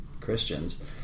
Christians